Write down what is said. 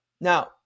now